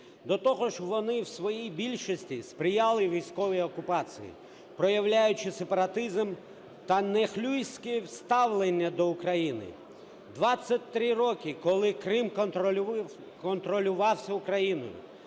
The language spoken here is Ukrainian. До того ж вони у своїй більшості сприяли військовій окупації, проявляючи сепаратизм та нехлюйське ставлення до України. 23 роки, коли Крим контролювався Україною,